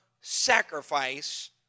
sacrifice